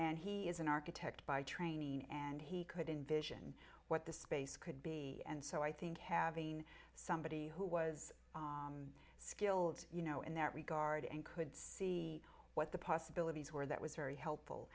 and he is an architect by training and he could envision what the space could be and so i think having somebody who was skilled you know in that regard and could see what the possibilities were that was very helpful